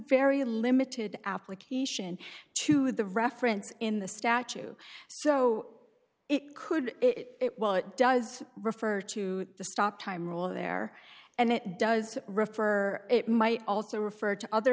very limited application to the reference in the statue so it could it while it does refer to the stop time rule there and it does refer it might also refer to other